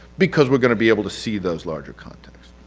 because we're going to be able to see those larger contexts.